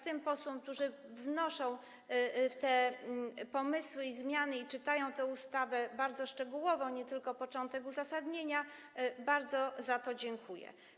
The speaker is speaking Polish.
Tym posłom, którzy wnoszą te pomysły i zmiany i czytają tę ustawę bardzo szczegółowo, nie tylko początek uzasadnienia, bardzo za to dziękuję.